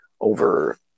over